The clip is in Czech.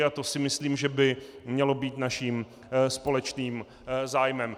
A to si myslím, že by mělo být naším společným zájmem.